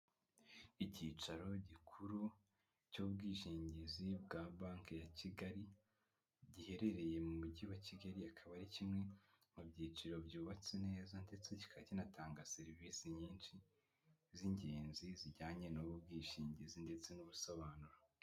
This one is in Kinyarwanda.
Icyicaro gikuru cy'ubwishingizi bwa banki ya Kigali, giherereye mu Mujyi wa Kigali, akaba ari kimwe mu byicaro byubatse neza ndetse kikaba kinatanga serivisi nyinshi z'ingenzi, zijyanye n'ubu bwishingizi ndetse n'ubusobanuro.